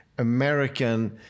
American